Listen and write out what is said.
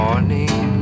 Morning